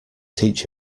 teach